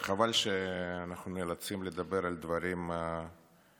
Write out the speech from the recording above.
רק חבל שאנחנו נאלצים לדבר על דברים עצובים,